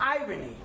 irony